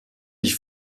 ich